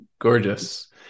Gorgeous